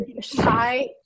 shy